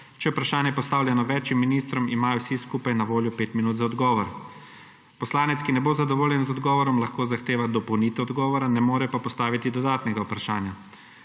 je vprašanje postavljeno več ministrom, imajo vsi skupaj na voljo pet minut za odgovor. Poslanec, ki ne bo zadovoljen z odgovorom, lahko zahteva dopolnitev odgovora, ne more pa postaviti dodatnega vprašanja.